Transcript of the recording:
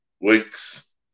weeks